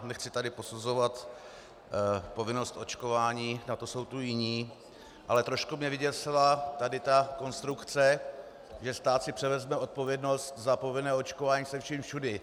Nechci tady posuzovat povinnost očkování, na to jsou tu jiní, ale trošku mě vyděsila tady ta konstrukce, že stát si převezme odpovědnost za povinné očkování se vším všudy.